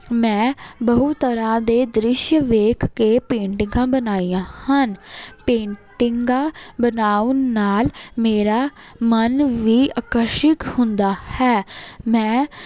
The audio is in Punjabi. ਮੈਂ ਬਹੁਤ ਤਰ੍ਹਾਂ ਦੇ ਦ੍ਰਿਸ਼ ਵੇਖ ਕੇ ਪੇਂਟਿਗ਼ਾਂ ਬਣਾਈਆਂ ਹਨ ਪੇਂਟਿੰਗਾਂ ਬਣਾਉਣ ਨਾਲ਼ ਮੇਰਾ ਮਨ ਵੀ ਆਕਰਸ਼ਿਕ ਹੁੰਦਾ ਹੈ ਮੈਂ